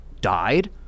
died